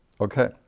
Okay